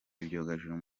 ibyogajuru